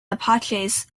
apaches